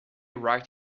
right